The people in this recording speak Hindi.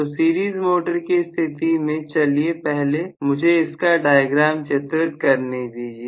तो सीरीज मोटर की स्थिति में चलिए पहले मुझे इसका डायग्राम चित्रित करने दीजिए